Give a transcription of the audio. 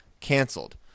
canceled